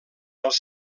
els